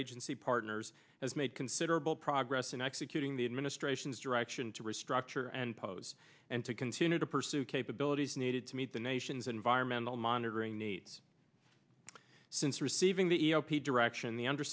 agency partners has made considerable progress in executing the administration's direction to restructure and pose and to continue to pursue capabilities needed to meet the nation's environmental monitoring needs since receiving the e o p direction the under